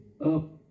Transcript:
up